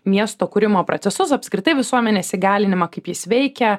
miesto kūrimo procesus apskritai visuomenės įgalinimą kaip jis veikia